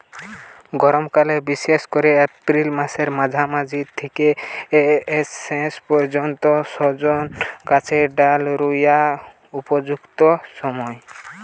গরমকাল বিশেষ কোরে এপ্রিল মাসের মাঝামাঝি থিকে শেষ পর্যন্ত সজনে গাছের ডাল রুয়ার উপযুক্ত সময়